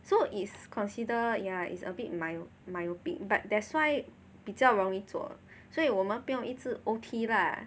so is consider ya it's a bit my~ myopic but that's why 比较容易做所以我们不用一直 O_T lah